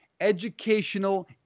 educational